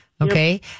Okay